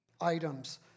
items